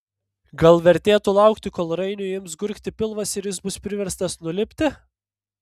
gal vertėtų laukti kol rainiui ims gurgti pilvas ir jis bus priverstas nulipti